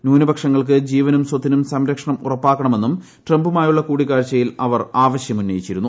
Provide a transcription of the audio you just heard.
ന്യൂനപക്ഷങ്ങൾക്ക് ജീവനും സ്വത്തിനും സംരക്ഷണം ഉറപ്പാക്കണമെന്നും ട്രംപുമായുള്ള കൂടിക്കാഴ്ചയിൽ അവർ ആവശ്യമുന്നയിച്ചിരുന്നു